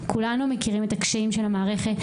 כולנו מכירים את הקשיים של המערכת,